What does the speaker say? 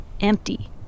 empty